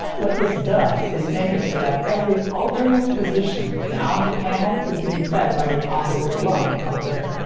what this does is make it so that every alternate position down the panel is being fed by the opposite lug up there.